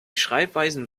schreibweisen